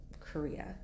korea